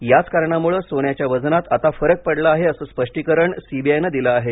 याच कारणामुळे सोन्याच्या वजनात आता फरक पडला आहे असे स्पष्टीकरण सीबीआयने दिलं आहे